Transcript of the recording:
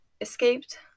escaped